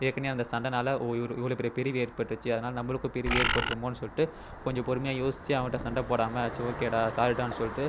ஏற்கனவே அந்த சண்டைனால ஒரு இவ்வளோ இவ்வளோ பெரிய பிரிவு ஏற்பட்டுச்சு அதனாலே நம்பளுக்கும் பிரிவு ஏற்பட்றுமோன்னு சொல்லிவிட்டு கொஞ்சம் பொறுமையாக யோசிச்சு அவன்கிட்ட சண்டை போடாமல் சரி ஓகேடா சாரிடான்னு சொல்லிவிட்டு